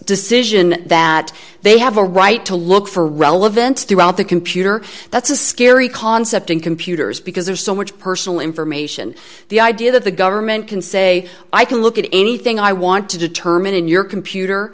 decision that they have a right to look for relevant throughout the computer that's a scary concept in computers because there's so much personal information the idea that the government can say i can look at anything i want to determine in your computer